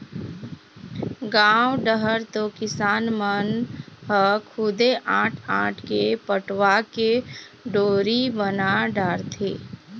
गाँव डहर तो किसान मन ह खुदे आंट आंट के पटवा के डोरी बना डारथे